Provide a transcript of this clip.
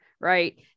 Right